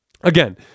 Again